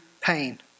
pain